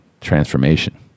transformation